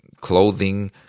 clothing